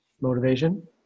Motivation